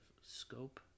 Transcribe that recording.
Scope